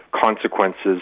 consequences